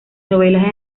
novelas